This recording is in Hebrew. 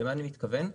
כלומר,